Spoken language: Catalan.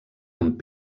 amb